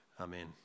Amen